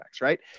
right